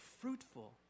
fruitful